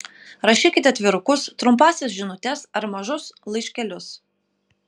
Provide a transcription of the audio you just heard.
rašykite atvirukus trumpąsias žinutes ar mažus laiškelius